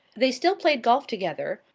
they still played golf together,